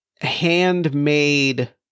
handmade